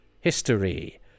history